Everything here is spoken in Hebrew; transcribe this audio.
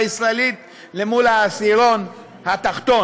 הישראלית לבין ההוצאה של העשירון התחתון.